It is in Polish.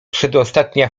przedostatnia